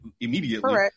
immediately